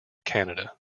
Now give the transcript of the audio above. canada